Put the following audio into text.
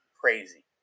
crazy